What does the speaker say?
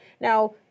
Now